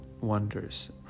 wonders